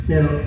Now